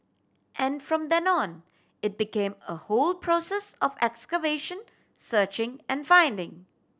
and from then on it became a whole process of excavation searching and finding